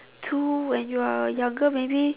to and you are younger maybe